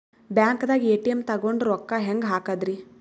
ಬ್ಯಾಂಕ್ದಾಗ ಎ.ಟಿ.ಎಂ ತಗೊಂಡ್ ರೊಕ್ಕ ಹೆಂಗ್ ಹಾಕದ್ರಿ?